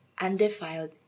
undefiled